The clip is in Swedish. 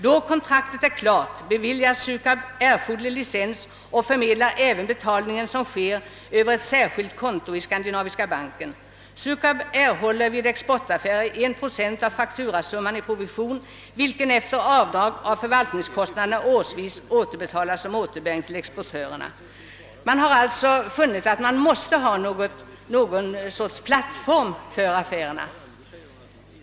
Då kontraktet är klart beviljar Sukab erforderlig licens och förmedlar även betalningen, som sker över ett särskilt konto i Skandinaviska banken. Sukab erhåller vid exportaffärer 1 YZ av fakturasumman i provision, vilken efter avdrag av förvaltningskostnaderna årsvis återbetalas som återbäring till exportörerna.» Man har alltså funnit att man måste ha ett slags plattform för affärerna.